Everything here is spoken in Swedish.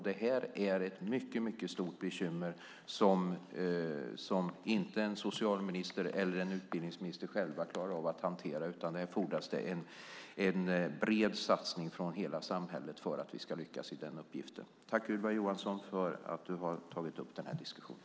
Detta är ett mycket stort bekymmer som en socialminister eller en utbildningsminister inte klarar av att hantera själva. Det fordras en bred satsning från hela samhället för att vi ska lyckas i den uppgiften. Tack, Ylva Johansson, för att du har tagit upp diskussionen!